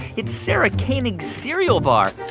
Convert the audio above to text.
it's sarah koenig serial bar.